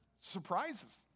surprises